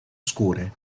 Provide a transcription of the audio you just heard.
scure